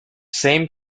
same